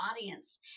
audience